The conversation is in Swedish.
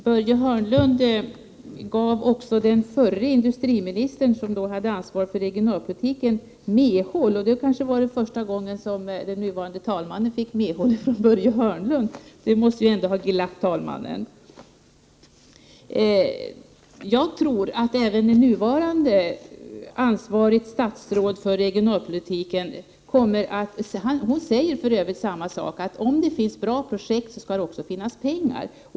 Börje Hörnlund gav också den förre industriministern, som alltså hade ansvaret för regionalpolitiken, medhåll. Det var kanske första gången som den nuvarande talmannen fick medhåll av Börje Hörnlund. Det måste ändå ha glatt honom! Även nuvarande ansvarigt statsråd för regionalpolitiken säger samma sak: Om det finns bra projekt, så skall det också finnas pengar.